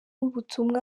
ubutumwa